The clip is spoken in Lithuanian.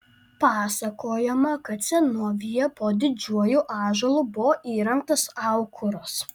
pasakojama kad senovėje po didžiuoju ąžuolu buvo įrengtas aukuras